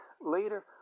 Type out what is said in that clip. later